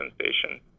sensation